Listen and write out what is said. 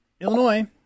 Illinois